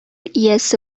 иясе